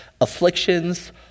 afflictions